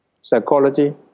psychology